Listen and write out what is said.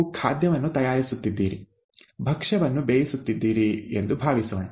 ನೀವು ಖಾದ್ಯವನ್ನು ತಯಾರಿಸುತ್ತಿದ್ದೀರಿ ಭಕ್ಷ್ಯವನ್ನು ಬೇಯಿಸುತ್ತಿದ್ದೀರಿ ಎಂದು ಭಾವಿಸೋಣ